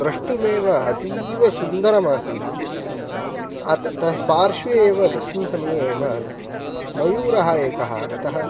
द्रष्टुमेव अतीवसुन्दरमासीत् पार्श्वे एव तस्मिन् समये एव मयूरः एकः आगतः